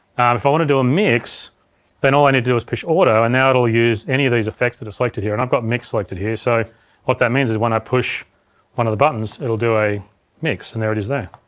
if i want to do a mix then all i need to do is push auto and now it'll use any of these effects that are selected here, and i've got mix selected here so what that means is when i push one of the buttons it'll do a mix, and there it is there.